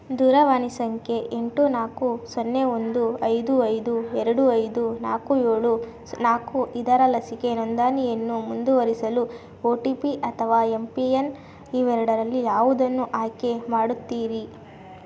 ದೂರವಾಣಿ ಸಂಖ್ಯೆ ಎಂಟು ನಾಲ್ಕು ಸೊನ್ನೆ ಒಂದು ಐದು ಐದು ಎರಡು ಐದು ನಾಲ್ಕು ಏಳು ನಾಲ್ಕು ಇದರ ಲಸಿಕೆ ನೋಂದಣಿಯನ್ನು ಮುಂದುವರಿಸಲು ಒ ಟಿ ಪಿ ಅಥವಾ ಎಂ ಪಿಎನ್ ಇವೆರಡರಲ್ಲಿ ಯಾವುದನ್ನು ಆಯ್ಕೆ ಮಾಡುತ್ತೀರಿ